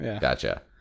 gotcha